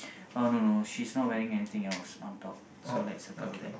oh no no she's not wearing anything else on top so let's circle that